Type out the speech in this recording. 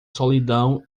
solidão